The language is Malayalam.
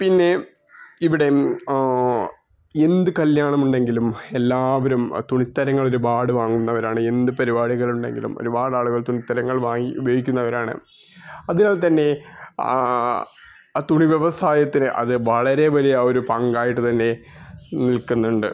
പിന്നെ ഇവിടെ എന്ത് കല്ല്യാണമുണ്ടെങ്കിലും എല്ലാവരും തുണിത്തരങ്ങളൊരുപാട് വാങ്ങുന്നവരാണ് എന്ത് പരിപാടികളുണ്ടെങ്കിലും ഒരുപാടാളുകൾ തുണിത്തരങ്ങൾ വാങ്ങി ഉപയോഗിക്കുന്നവരാണ് അതിനാൽ തന്നെ ആ തുണി വ്യവസായത്തിന് അത് വളരെ വലിയ ഒരു പങ്കായിട്ട് തന്നെ നിൽക്കുന്നുണ്ട്